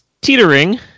Teetering